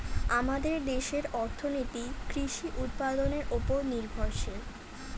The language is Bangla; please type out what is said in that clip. আমাদের দেশের অর্থনীতি কৃষি উৎপাদনের উপর নির্ভরশীল